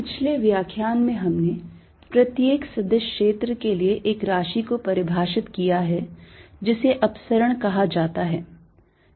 पिछले व्याख्यान में हमने प्रत्येक सदिश क्षेत्र के लिए एक राशि को परिभाषित किया है जिसे अपसरण कहा जाता है